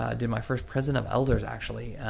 ah did my first prison of elders actually.